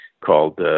called